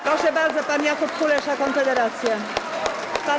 Proszę bardzo, pan Jakub Kulesza, Konfederacja.